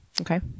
okay